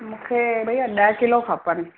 मूंखे भइया ॾह किलो खपनि